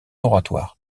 oratoire